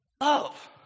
Love